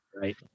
Right